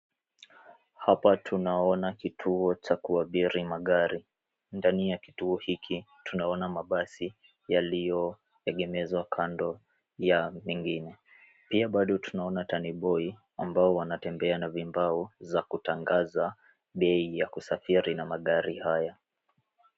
Hapa tunaona kituo cha kuabiri magari. Ndani ya kituo hiki tunaona mabasi yaliyoegemezwa kando ya mengine. Pia baado tunaona taniboy ambao wanatembea na vibao za kutangaza bei ya kusafiri na magari haya.